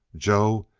joe,